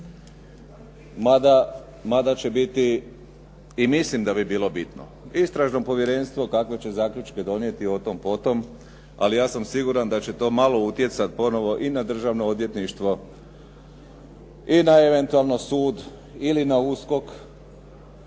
mada će biti i mislim da bi bilo bitno. Istražno povjerenstvo kakve će zaključke donijeti o tom po tom ali ja sam siguran da će to malo utjecati ponovo i na Državno odvjetništvo i na eventualno sud, ili na USKOK.